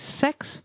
sex